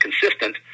consistent